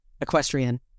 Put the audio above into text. Equestrian